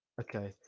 Okay